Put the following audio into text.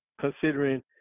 considering